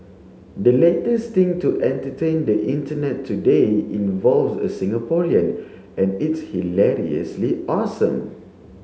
the latest thing to entertain the Internet today involves a Singaporean and it's hilariously awesome